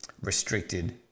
restricted